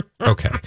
Okay